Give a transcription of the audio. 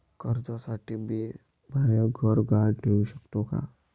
कर्जसाठी मी म्हाय घर गहान ठेवू सकतो का